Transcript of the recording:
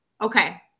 Okay